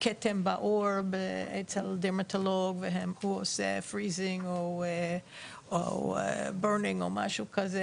כתם בעור אצל דרמטולוג והוא עושה הקפאה או שריפה או משהו דומה,